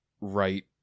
right